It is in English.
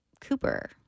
cooper